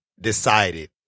decided